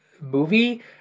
movie